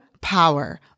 power